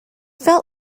felt